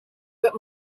but